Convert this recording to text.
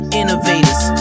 innovators